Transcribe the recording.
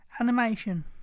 animation